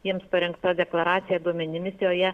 jiems parengta deklaracija duomeninis joje